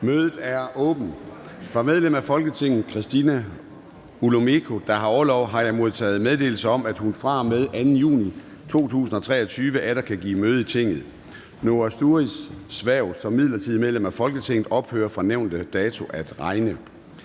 Mødet er åbnet. Fra medlem af Folketinget Christina Olumeko (ALT), der har orlov, har jeg modtaget meddelelse om, at hun fra og med den 2. juni 2023 atter kan give møde i Tinget. Noah Sturis’ (ALT) hverv som midlertidigt medlem af Folketinget ophører fra nævnte dato at regne.